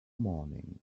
morning